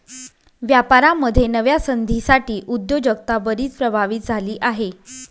व्यापारामध्ये नव्या संधींसाठी उद्योजकता बरीच प्रभावित झाली आहे